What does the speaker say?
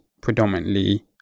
predominantly